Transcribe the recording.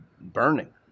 burning